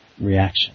reaction